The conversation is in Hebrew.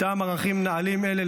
ערכים נעלים אלה,